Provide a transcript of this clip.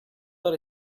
that